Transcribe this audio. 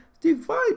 divide